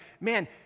man